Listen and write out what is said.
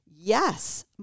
Yes